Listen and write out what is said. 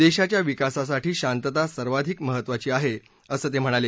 देशाच्या विकासासाठी शांतता सर्वाधिक महत्त्वाची आहे असं ते म्हणाले